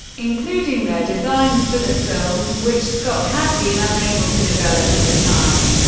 including their designs for that film which scott had been unable to develop at the time.